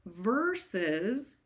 versus